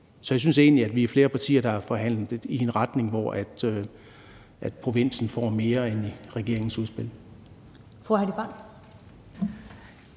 Så jeg synes egentlig, at vi er flere partier, der har forhandlet det i en retning, hvor provinsen får mere, end den gjorde i regeringens udspil.